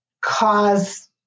cause